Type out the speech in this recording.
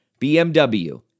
BMW